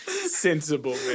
sensible